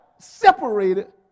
separated